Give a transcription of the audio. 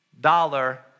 dollar